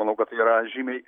manau kad tai yra žymiai